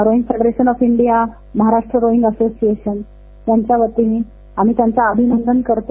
rowing association of India आणि Maharashtra rowing association यांच्यावतीने आम्ही त्यांचं अभिनंदन करतो